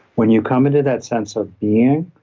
when you come into that sense of being